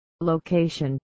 location